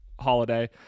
holiday